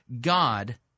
God